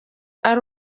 ari